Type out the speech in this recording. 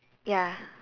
ya